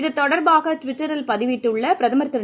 இது தொடர்பாக ட்விட்டரில் பதிவிட்டுள்ள பிரதமர் திரு